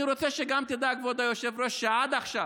אני רוצה שגם תדע, כבוד היושב-ראש, שעד עכשיו